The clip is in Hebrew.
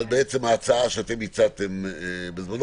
ההצעה שהצעתם בזמנו.